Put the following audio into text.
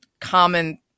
common